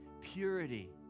purity